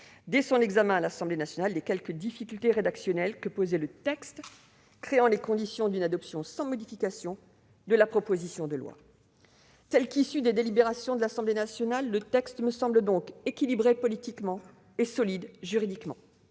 dès son examen à l'Assemblée nationale les quelques difficultés rédactionnelles que posait le texte, créant les conditions d'une adoption sans modification de la proposition de loi. Tel qu'issu des délibérations de l'Assemblée nationale, le texte me semble donc équilibré politiquement et solide juridiquement.